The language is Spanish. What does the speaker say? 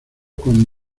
con